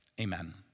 Amen